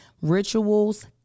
rituals